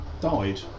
died